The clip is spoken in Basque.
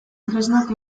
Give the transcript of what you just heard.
tresnak